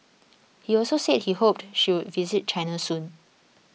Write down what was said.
he also said he hoped she would visit China soon